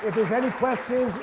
there's any questions,